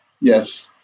yes